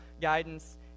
guidance